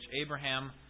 Abraham